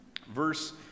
verse